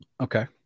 Okay